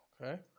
okay